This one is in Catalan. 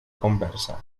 conversa